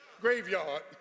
graveyard